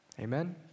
Amen